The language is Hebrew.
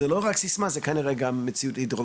אז ככה שזו לא רק סיסמא אלא גם זו מציאות הידרולוגית.